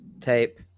tape